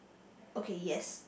okay yes